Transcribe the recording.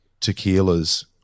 tequilas